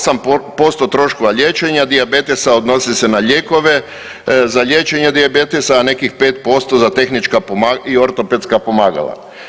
8% troškova liječenja dijabetesa odnosi se na lijekove za liječenje dijabetesa, a nekih 5% za tehnička i ortopedska pomagala.